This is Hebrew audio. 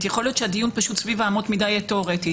יכול להיות שהדיון פשוט סביב אמות המידה יהיה תיאורטי.